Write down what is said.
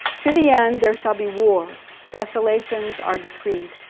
to the end there shall be war desolations are decreed.